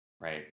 right